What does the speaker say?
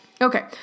Okay